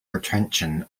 retention